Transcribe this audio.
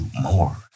more